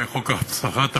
אולי חוק הבטחת הכנסה,